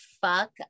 fuck